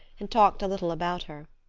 and talked a little about her.